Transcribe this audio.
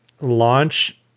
launch